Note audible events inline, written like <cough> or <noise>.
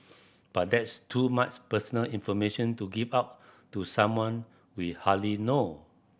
<noise> but that's too much personal information to give out to someone we hardly know